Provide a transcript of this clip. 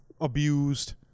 abused